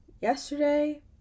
Yesterday